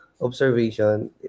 observation